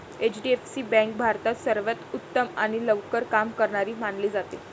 HDFC bank भारतात सर्वांत उत्तम आणि लवकर काम करणारी मानली जाते